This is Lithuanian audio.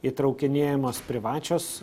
įtraukinėjamos privačios